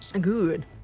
Good